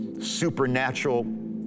supernatural